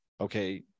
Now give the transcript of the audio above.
okay